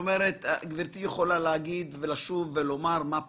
גברתי יכולה לשוב ולומר: מה פתאום,